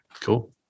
cool